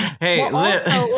Hey